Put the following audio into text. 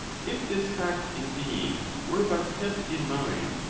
if this fact, indeed, were but kept in. mind,